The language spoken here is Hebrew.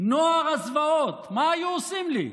נוער הזוועות, מה היו עושים לי?